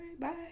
bye